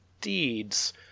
deeds